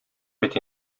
бит